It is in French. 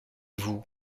vous